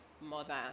mother